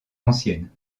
ancienne